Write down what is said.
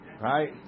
right